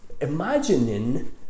imagining